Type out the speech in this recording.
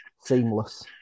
Seamless